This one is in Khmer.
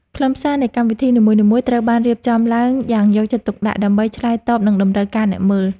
ខ្លឹមសារនៃកម្មវិធីនីមួយៗត្រូវបានរៀបចំឡើងយ៉ាងយកចិត្តទុកដាក់ ដើម្បីឆ្លើយតបនឹងតម្រូវការអ្នកមើល។